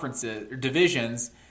divisions